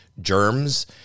germs